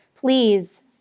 please